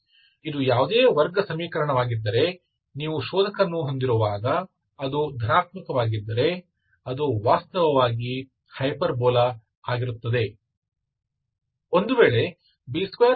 ಇದು ಯಾವುದೇ ವರ್ಗ ಸಮೀಕರಣವಾಗಿದ್ದರೆ ನೀವು ಶೋಧಕವನ್ನು ಹೊಂದಿರುವಾಗ ಅದು ಧನಾತ್ಮಕವಾಗಿದ್ದರೆ ಅದು ವಾಸ್ತವವಾಗಿ ಹೈಪರ್ಬೋಲಾ ಆಗಿರುತ್ತದೆ